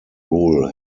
rule